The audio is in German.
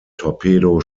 torpedo